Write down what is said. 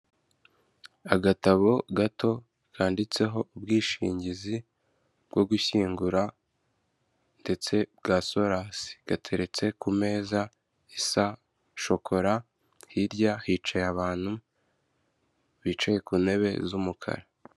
Agatabo gato kanditseho ubwishingizi bwo gushyingura ndetse bwa sorasi gateretse ku meza ya za shokora, hirya hicaye abantu bicaye ku ntebe z'umukara.